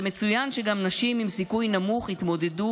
זה מצוין שגם נשים עם סיכוי נמוך יתמודד,